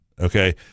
Okay